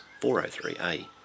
403A